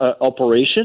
operation